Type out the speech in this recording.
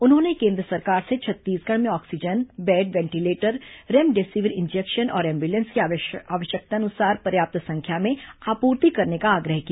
उन्होंने केन्द्र सरकार से छत्तीसगढ़ में oxygen bed ventilator remdesivir injection और एंबुलेंस की आवश्यकतानुसार पर्याप्त संख्या में आपूर्ति करने का आग्रह किया